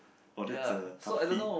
oh that's a toughy